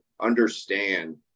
understand